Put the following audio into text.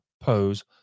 pose